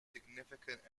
significant